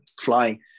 flying